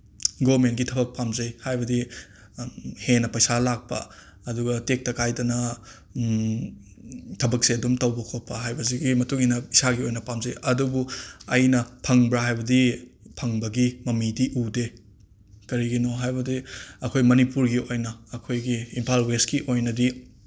ꯒꯣꯃꯦꯟꯒꯤ ꯊꯕꯛ ꯄꯥꯝꯖꯩ ꯍꯥꯏꯕꯗꯤ ꯍꯦꯟꯅ ꯄꯩꯁꯥ ꯂꯥꯛꯄ ꯑꯗꯨꯒ ꯇꯦꯛꯇ ꯀꯥꯏꯗꯅ ꯊꯕꯛꯁꯦ ꯑꯗꯨꯝ ꯇꯧꯕ ꯈꯣꯠꯄ ꯍꯥꯏꯕꯁꯤꯒꯤ ꯃꯇꯨꯡꯏꯟꯅ ꯏꯁꯥꯒ ꯑꯣꯏꯅ ꯄꯥꯝꯖꯩ ꯑꯗꯨꯕꯨ ꯑꯩꯅ ꯐꯪꯕ꯭ꯔꯥ ꯍꯥꯏꯕꯗꯤ ꯐꯪꯕꯒꯤ ꯃꯃꯤꯗꯤ ꯎꯗꯦ ꯀꯔꯤꯒꯤꯅꯣ ꯍꯥꯏꯕꯗꯤ ꯑꯩꯈꯣꯏ ꯃꯅꯤꯄꯨꯔꯒꯤ ꯑꯣꯏꯅ ꯑꯩꯈꯣꯏꯒꯤ ꯏꯝꯐꯥꯜ ꯋꯦꯁꯀꯤ ꯑꯣꯏꯅꯗꯤ